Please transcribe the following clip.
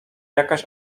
jakaś